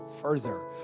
further